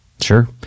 Sure